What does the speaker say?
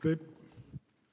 Quel